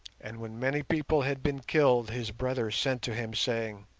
and when many people had been killed his brother sent to him, saying,